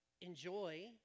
enjoy